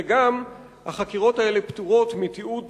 וגם החקירות האלה פטורות מתיעוד